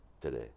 today